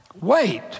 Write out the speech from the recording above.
wait